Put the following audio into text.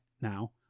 now